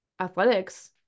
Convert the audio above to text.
athletics